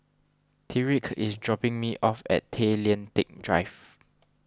Tyriq is dropping me off at Tay Lian Teck Drive